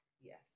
yes